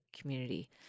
community